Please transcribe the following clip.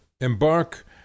embark